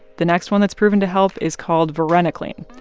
the next one that's proven to help is called varenicline.